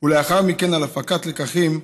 ולאחר מכן על הפקת לקחים,